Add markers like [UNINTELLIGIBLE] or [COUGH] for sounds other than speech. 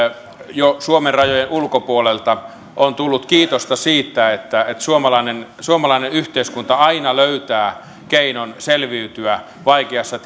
suomen rajojen ulkopuolelta on jo tullut kiitosta siitä että suomalainen suomalainen yhteiskunta aina löytää keinon selviytyä vaikeassa [UNINTELLIGIBLE]